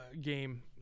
game